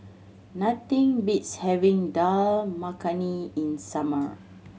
nothing beats having Dal Makhani in summer